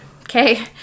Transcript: okay